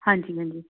ਹਾਂਜੀ